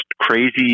crazy